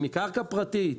אם היא קרקע פרטית,